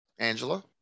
Angela